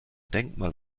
denkmal